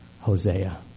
Hosea